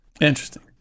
Interesting